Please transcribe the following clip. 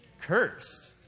Cursed